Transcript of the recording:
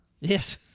Yes